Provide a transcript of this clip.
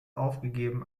aufgegeben